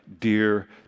dear